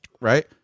right